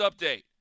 update